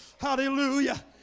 Hallelujah